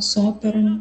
su operom